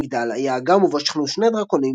המגדל היה אגם ובו שכנו שני דרקונים